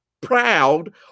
proud